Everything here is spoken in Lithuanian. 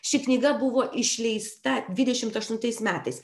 ši knyga buvo išleista dvidešimt aštuntais metais